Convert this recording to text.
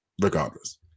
regardless